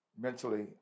mentally